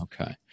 Okay